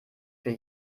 für